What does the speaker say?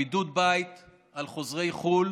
בידוד הבית לחוזרי חו"ל